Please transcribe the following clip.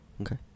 Okay